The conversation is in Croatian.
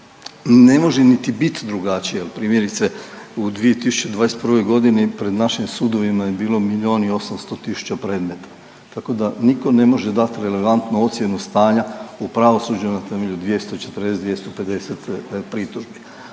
ne može niti biti drugačije. Primjerice u 2021. godini pred našim sudovima je bilo milion 800 tisuća predmeta. Tako da nitko ne može dati relevantno ocjenu stanja u pravosuđu na temelju 240, 250 pritužbi,